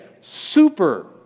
super